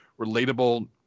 relatable